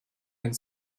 and